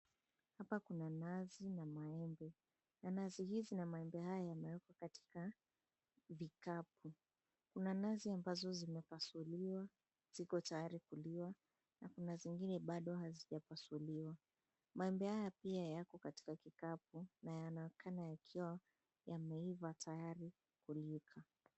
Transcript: Hapa kuna nazi na maembe. Nazi hizi na maembe haya yako katika vikapu. Kuna nazi ambazo zimepasuliwa ziko tayari kuliwa na kuna zingine bado hazijapasuliwa . Maembe haya pia yako katika kikapu na yanaonekana kuiva tayari kulika.